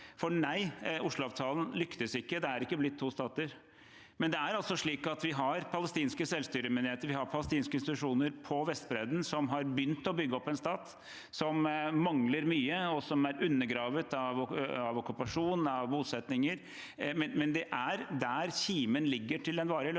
det. Nei, Oslo-avtalen lyktes ikke; det er ikke blitt to stater, men det er altså slik at vi har palestinske selvstyremyndigheter. Vi har palestinske institusjoner på Vestbredden som har begynt å bygge opp en stat, som mangler mye, og som er undergravet av okkupasjon, av bosetninger, men det er der kimen ligger til en varig løsning. Det